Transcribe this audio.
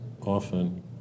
often